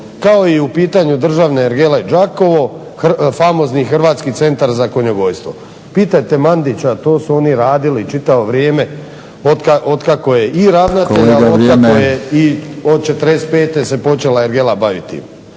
kao i u pitanju državne ergele Đakovo famozni Hrvatski centar za konjogojstvo. Pitajte Mandića, to su oni radili čitavo vrijeme otkako je i ravnatelj, a otkako je i od '45. se počela ergela baviti.